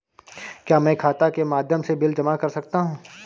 क्या मैं खाता के माध्यम से बिल जमा कर सकता हूँ?